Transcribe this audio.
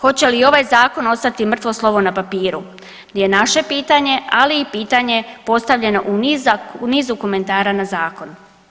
Hoće li i ovaj zakon ostati mrtvo slovo na papiru, gdje je i naše pitanje, ali i pitanje postavljeno u nizu komentara na zakon.